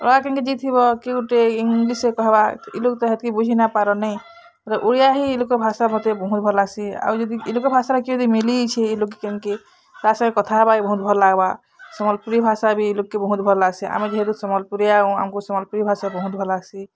ଯିଏ ଥିବ କିଏ ଗୋଟେ ଇଂଲିଶ୍ରେ କହିବା ଇ ଲୋଗ୍ ତ ହେତ୍କି ବୁଝି ନାଇଁପାରନ୍ ନାଇଁ ଓଡ଼ିଆ ହି ଇ ଲୁକର୍ ଭାଷା ମୋତେ ବହୁତ୍ ଭଲ୍ ଲାଗ୍ସି ଆଉ ଯଦି ଇ ଲୁକର୍ ଭାଷାର କିଏ ଯଦି ମିଲିଛେ ଇ ଲୁଗ୍ କେନ୍ କେ ତାର୍ ସଂଗେ କଥା ହେବା ଏ ବହୁତ୍ ଭଲ୍ ଲାଗ୍ବା ସମ୍ୱଲପୁରୀ ଭାଷା ବି ଇ ଲୁକ୍ ବହୁତ୍ ଭଲ୍ ଲାଗ୍ସି ଆମେ ଯେହେତୁ ସମ୍ୱଲପୁରୀଆ ଆମ୍କୁ ସମ୍ୱଲପୁରୀ ଭାଷା ବହୁତ୍ ଭଲ୍ ଲାଗ୍ସି